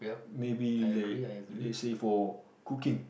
maybe like let's say for cooking